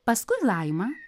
paskui laima